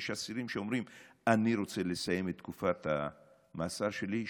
יש אסירים שאומרים: אני רוצה לסיים את תקופת המאסר שלי,